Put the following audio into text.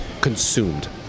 consumed